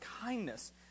kindness